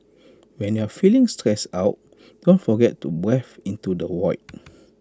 when you are feeling stressed out don't forget to breathe into the void